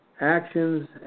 actions